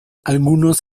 algunos